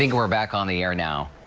we're back on the air now.